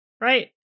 Right